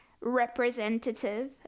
representative